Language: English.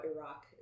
Iraq